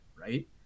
right